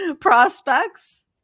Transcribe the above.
prospects